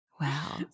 wow